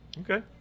Okay